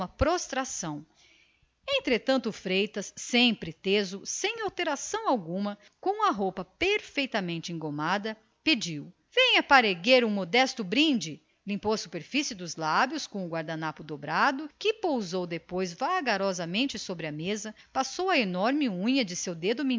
vazia entretanto o freitas sempre teso sem alteração alguma na sua roupa de brim engomado pediu vênia para erguer um modesto brinde limpou a superfície dos lábios com o guardanapo dobrado que pousou depois vagarosamente sobre a mesa passou a enorme unha do seu dedo